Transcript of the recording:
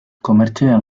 komertzioen